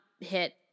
Hit